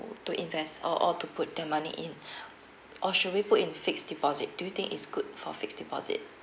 to invest or or to put their money in or should we put in fixed deposit do you think it's good for fixed deposit